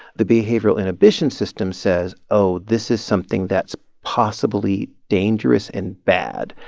the behavioral inhibition system says, oh, this is something that's possibly dangerous and bad.